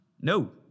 No